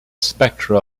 spectra